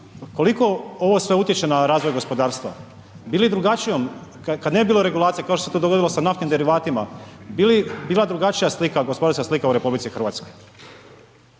koliko ovo sve utječe na razvoj gospodarstva? Bili drugačijom, kad ne bi bilo regulacije, kao što se to dogodilo s naftnim derivatima, bi li bila drugačija slika, gospodarska slika u RH? Ako